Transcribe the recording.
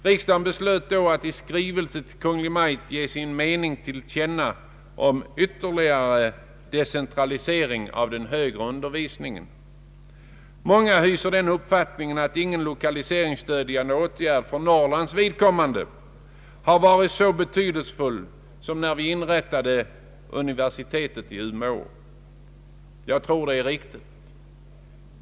Riksdagen beslöt då att i skrivelse till Kungl. Maj:t ge sin mening till känna om ytterligare decentralisering av den högre undervisningen. Många hyser den uppfattningen att ingen lokaliseringsstödjande åtgärd för Norrlands vidkommande har varit så betydelsefull som när vi inrättade universitetet i Umeå, och det tror jag är riktigt.